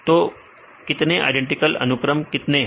तो कितने आईडेंटिकल अनुक्रम कितने हैं